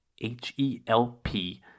H-E-L-P